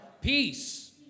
Peace